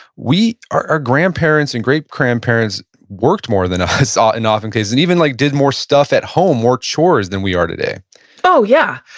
our our grandparents and great-grandparents worked more than us ah in often case and even like did more stuff at home, more chores than we are today oh yeah,